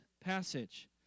passage